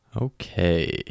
Okay